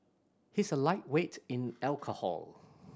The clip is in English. he is a lightweight in alcohol